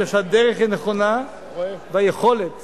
אלא שהדרך היא נכונה, והיכולת